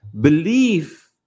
Belief